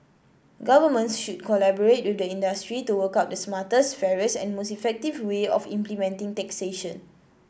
governments should collaborate with the industry to work out the smartest fairest and most effective way of implementing taxation